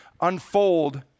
unfold